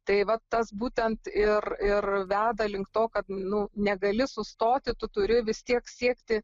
tai vat tas būtent ir ir veda link to kad nu negali sustoti tu turi vis tiek siekti